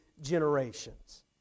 generations